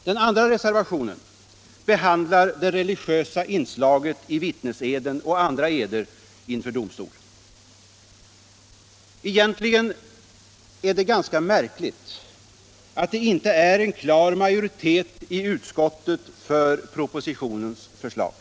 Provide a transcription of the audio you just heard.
Den andra reservationen behandlar det religiösa inslaget i vittneseden och andra eder inför domstol. Egentligen är det ganska märkligt att det inte finns en klar majoritet i utskottet för propositionens förslag.